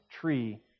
tree